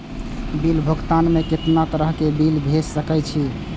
Bill भुगतान में कितना तरह के बिल भेज सके छी?